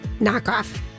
Knockoff